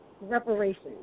reparations